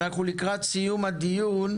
אנחנו לקראת סיום הדיון.